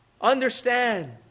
Understand